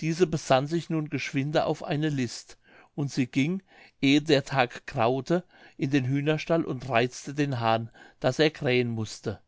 diese besann sich nun geschwinde auf eine list und sie ging ehe der tag graute in den hühnerstall und reizte den hahn daß er krähen mußte